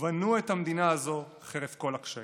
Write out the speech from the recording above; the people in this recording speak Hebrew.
ובנו את המדינה הזאת חרף כל הקשיים.